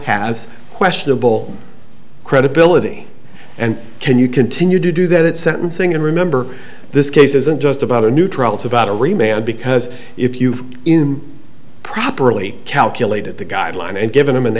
has questionable credibility and can you continue to do that at sentencing and remember this case isn't just about a new trial it's about a remailer because if you have him properly calculated the guideline and given him an